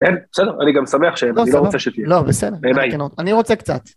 בסדר, אני גם שמח שאני לא רוצה שתהיה... לא, בסדר, אני רוצה קצת.